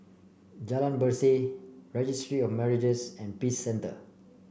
Jalan Berseh Registry of Marriages and Peace Centre